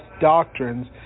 doctrines